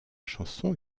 chanson